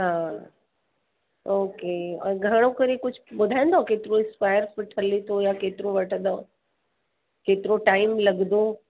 हा ओके और घणो करे कुझु ॿुधाईंदव केतिरो स्क्वायर फीट हले थो या केतिरो वठंदव केतिरो टाइम लॻंदो